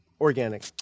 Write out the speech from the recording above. Organic